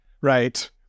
right